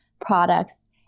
products